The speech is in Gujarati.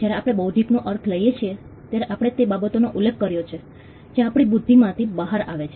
જ્યારે આપણે બૌદ્ધિકનો અર્થ લઇએ છીએ ત્યારે આપણે તે બાબતોનો ઉલ્લેખ કર્યો છે જે આપણી બુદ્ધિમાંથી બહાર આવે છે